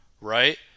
right